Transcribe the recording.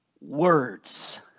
words